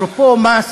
אפרופו מס,